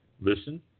Listen